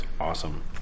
Awesome